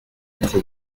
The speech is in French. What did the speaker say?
être